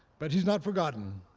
but he's not forgotten,